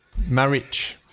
Marich